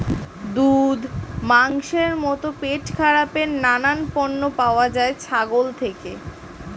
দুধ, মাংসের মতো পেটখারাপের নানান পণ্য পাওয়া যায় ছাগল থেকে